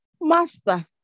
Master